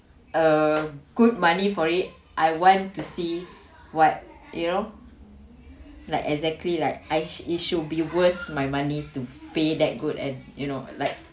uh good money for it I want to see what you know like exactly like I it should be worth my money to pay that good and you know like